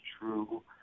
true